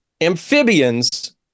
Amphibians